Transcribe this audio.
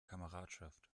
kameradschaft